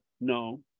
No